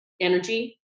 Energy